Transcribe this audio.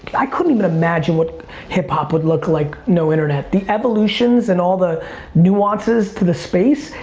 i couldn't even imagine what hiphop would look like, no internet. the evolutions and all the nuances to the space,